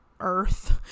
earth